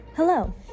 hello